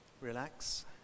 relax